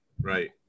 right